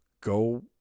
go